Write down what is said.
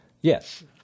Yes